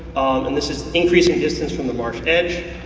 and this is increasing distance from the marsh edge.